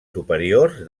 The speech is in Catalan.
superiors